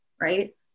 right